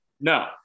No